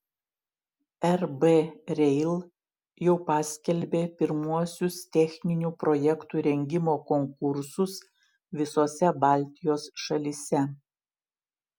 rb rail jau paskelbė pirmuosius techninių projektų rengimo konkursus visose baltijos šalyse